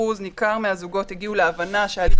אחוז ניכר מהזוגות הגיעו להבנה שההליך